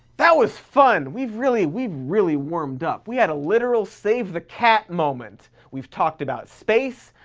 that was fun. we've really we've really warmed up. we had a literal save the cat moment. we've talked about space.